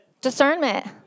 Discernment